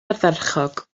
ardderchog